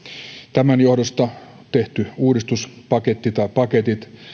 tämän johdosta tehty uudistuspaketti tai paketit